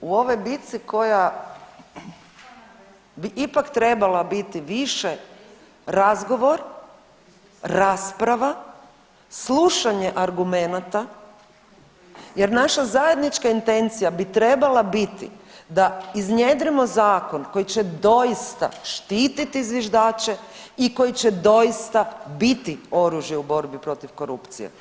U ovoj bici koja je bi ipak trebala biti više razgovor, rasprava slušanje argumenata jer naša zajednička intencija bi trebala biti da iznjedrimo zakon koji će doista štititi zviždače i koji će doista biti u borbi protiv korupcije.